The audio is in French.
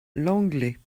langlet